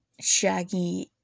Shaggy